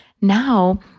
Now